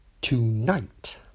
tonight